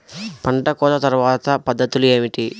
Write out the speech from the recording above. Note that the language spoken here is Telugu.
పంట కోత తర్వాత పద్ధతులు ఏమిటి?